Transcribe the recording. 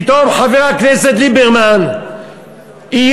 פתאום חבר הכנסת ליברמן איים: